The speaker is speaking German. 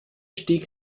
stieg